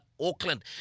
Auckland